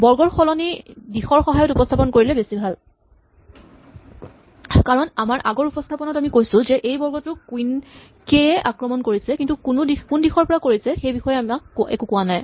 বৰ্গৰ সলনি দিশৰ সহায়ত উপস্হাপন কৰিলে বেছি ভাল কাৰণ আমাৰ আগৰ উপস্হাপনত আমি কৈছো যে এই বৰ্গটোক কুইন কে এ আক্ৰমণ কৰিছে কিন্তু কোনদিশৰ পৰা কৰিছে সেইবিষয়ে আমি একো কোৱা নাই